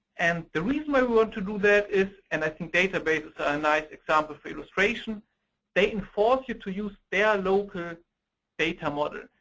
and the reason why we want to do that is and i think databases are a nice example for illustration they and force you to use their local data model.